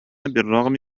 بالرغم